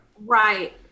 Right